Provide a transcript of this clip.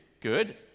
Good